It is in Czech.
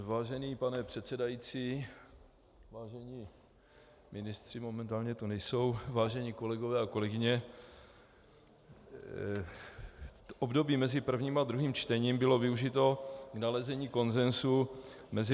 Vážený pane předsedající, vážení ministři momentálně tady nejsou vážené kolegyně a kolegové, období mezi prvním a druhým čtením bylo využito k nalezení konsenzu mezi